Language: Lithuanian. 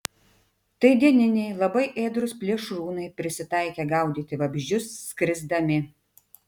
tai dieniniai labai ėdrūs plėšrūnai prisitaikę gaudyti vabzdžius skrisdami